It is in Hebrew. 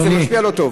וזה משפיע לא טוב.